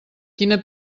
quina